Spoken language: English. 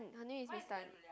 her name is Miss Tan